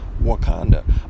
Wakanda